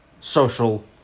social